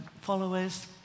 followers